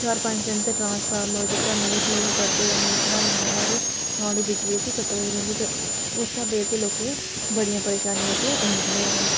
चार पंज दिन ते जेह्का ट्रांसफार्म नेईं ठीक करदे ते नेईं चढ़ांदे नमां ते साढ़ी बिजली जेह्की कटोई रौंह्दी ते उस स्हाबै दी जेह्की लोकें बड़ी परेशानियां जेह्कियां औंदियां न